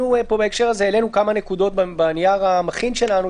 בהקשר הזה העלינו כמה נקודות בנייר המכין שלנו,